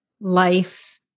life